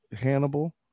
Hannibal